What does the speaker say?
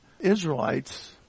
Israelites